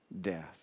death